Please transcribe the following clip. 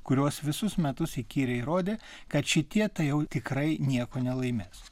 kurios visus metus įkyriai rodė kad šitie tai jau tikrai nieko nelaimės